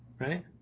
right